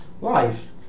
life